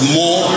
more